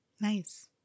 Nice